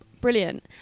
brilliant